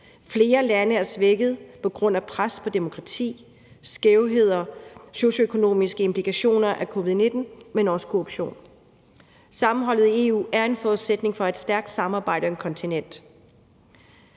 Flere lande er svækket på grund af pres på demokratiet, skævheder og socioøkonomiske implikationer af covid-19, men også korruption. Sammenholdet i EU er en forudsætning for et stærkt samarbejde og kontinent.